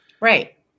Right